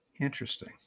Interesting